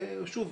שוב,